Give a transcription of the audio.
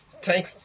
Take